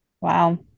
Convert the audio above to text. Wow